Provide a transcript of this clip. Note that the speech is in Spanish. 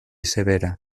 severa